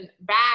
back